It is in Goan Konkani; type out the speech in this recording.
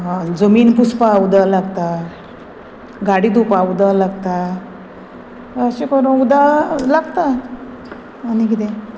जमीन पुसपा उदक लागता गाडी धुवपा उदक लागता अशें करून उदक लागता आनी किदें